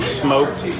smoked